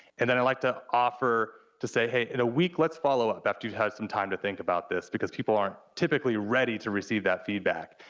and then i like to offer, to say hey, in a week let's follow up after you've had some time to think about this, because people aren't typically ready to receive that feedback.